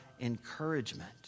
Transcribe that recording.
encouragement